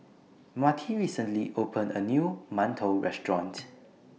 Marty recently opened A New mantou Restaurant